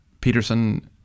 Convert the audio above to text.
Peterson